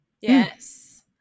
Yes